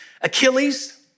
Achilles